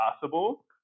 possible